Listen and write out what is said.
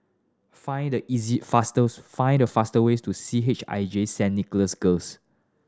find the easy fastest find the fast way to C H I J Saint Nicholas Girls